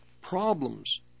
problems